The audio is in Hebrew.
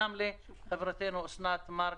ואנחנו רוצים לברך את חברתנו אסנת מארק